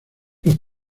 los